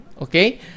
okay